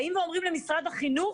באים ואומרים למשרד החינוך